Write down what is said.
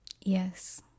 yes